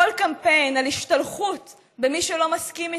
כל קמפיין, על השתלחות במי שלא מסכים איתך,